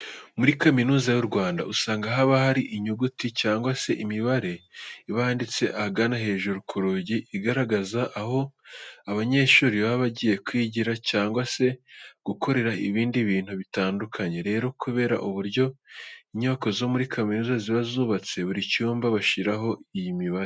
Muri Kaminuza y'u Rwanda usanga haba hari inyuguti cyangwa se imibare iba yanditse ahagana hejuru ku rugi igaragaza aho abanyeshuri baba bagiye kwigira cyangwa se gukorera ibindi bintu bitandukanye. Rero kubera uburyo inyubako zo muri kaminuza ziba zubatse, buri cyumba bashyiraho iyi mibare.